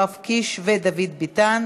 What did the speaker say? ובקריאה שלישית ונכנסת לספר החוקים של מדינת ישראל.